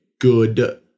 good